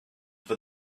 for